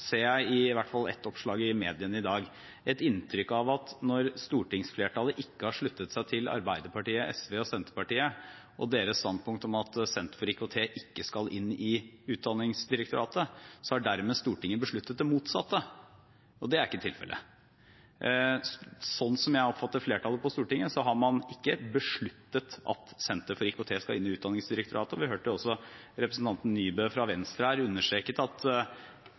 ser jeg i hvert fall i ett oppslag i mediene i dag – et inntrykk av at når stortingsflertallet ikke har sluttet seg til Arbeiderpartiet, SV og Senterpartiet og deres standpunkt om at Senter for IKT i utdanningen ikke skal inn i Utdanningsdirektoratet, så har Stortinget dermed besluttet det motsatte, men det er ikke tilfellet. Slik jeg oppfatter flertallet på Stortinget, har man ikke besluttet at Senter for IKT i utdanningen skal inn i Utdanningsdirektoratet. Vi hørte jo også representanten Nybø fra Venstre